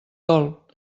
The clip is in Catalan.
dol